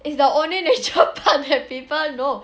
it's the only nature park that people know